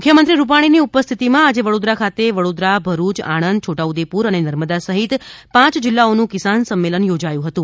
મુખ્યમંત્રી રૂપાણીની ઉપસ્થિતિમાં આજે વડોદરા ખાતે વડોદરા ભરૂચ આણંદ છોટા ઉદેપુર અને નર્મદા સહિત પાંચ જિલ્લાઓનુ કિસાન સંમેલન યોજાયુ હતુ